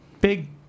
Big